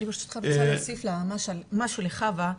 ברשותך, אני רוצה להוסיף משהו לחוה.